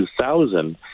2000